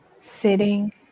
sitting